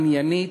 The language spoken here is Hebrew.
עניינית,